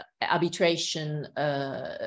arbitration